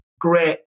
great